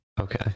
okay